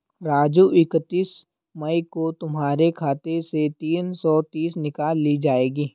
राजू इकतीस मई को तुम्हारे खाते से तीन सौ तीस निकाल ली जाएगी